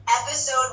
Episode